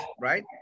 right